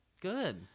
Good